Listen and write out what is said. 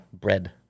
Bread